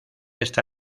esta